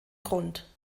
grund